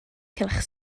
cylch